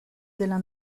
della